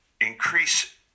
increase